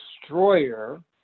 destroyer